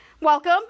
Welcome